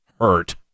hurt